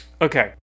Okay